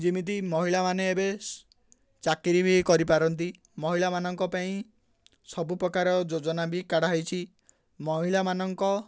ଯେମିତି ମହିଳାମାନେ ଏବେ ଚାକିରୀ ବି କରିପାରନ୍ତି ମହିଳାମାନଙ୍କ ପାଇଁ ସବୁପ୍ରକାର ଯୋଜନା ବି କାଢ଼ା ହେଇଛି ମହିଳାମାନଙ୍କ